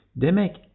Demek